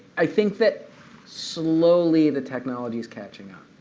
i think that slowly, the technology is catching up.